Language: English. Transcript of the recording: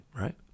right